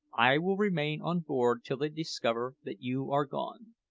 i will remain on board till they discover that you are gone.